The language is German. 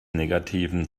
negativen